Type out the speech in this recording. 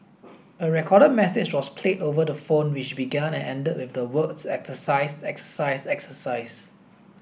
a recorded message was played over the phone which began and ended with the words exercise exercise exercise